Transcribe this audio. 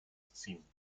ziehen